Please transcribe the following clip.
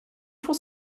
for